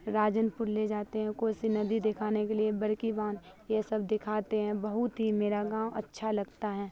راجن پور لے جاتے ہیں کوسی ندی دکھانے کے لیے بڑکی باندھ یہ سب دکھاتے ہیں بہت ہی میرا گاؤں اچھا لگتا ہے